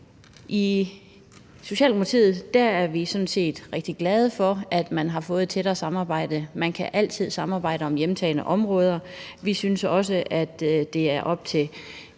I Socialdemokratiet er vi sådan set rigtig glade for, at man har fået et tættere samarbejde. Man kan altid samarbejde om hjemtagne områder. Vi synes også, at det er op til